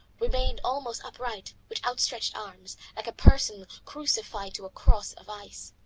remained almost upright, with outstretched arms like a person crucified to a cross of ice.